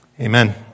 Amen